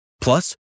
Plus